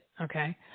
okay